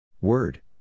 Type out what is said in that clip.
Word